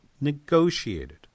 negotiated